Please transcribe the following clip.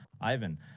Ivan